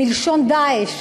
מלשון "דאעש",